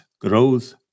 growth